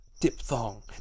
diphthong